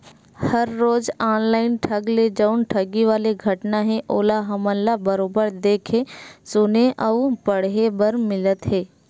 हर रोज ऑनलाइन ढंग ले जउन ठगी वाले घटना हे ओहा हमन ल बरोबर देख सुने अउ पड़हे बर मिलत हे